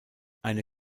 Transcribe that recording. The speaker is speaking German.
eine